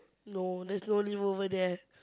no there's no leaf over there